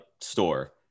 store